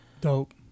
Dope